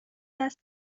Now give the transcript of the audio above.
است